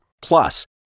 Plus